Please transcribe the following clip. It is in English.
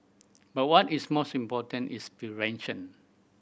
but what is most important is prevention